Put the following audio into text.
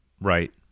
Right